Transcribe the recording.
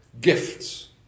Gifts